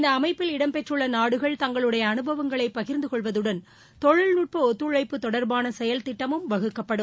இந்த அமைப்பில் இடம்பெற்றுள்ள நாடுகள் தங்களுடைய அனுபவங்களை இதில் பகிர்ந்தகொள்வதுடன் தொழில்நுட்ப ஒத்துழைப்பு தொடர்பான செயல் திட்டமும் வகுக்கப்படும்